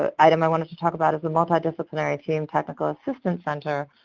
ah item i wanted to talk about is the multidisciplinary team technical assistance center,